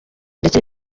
ndetse